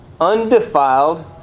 undefiled